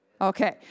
okay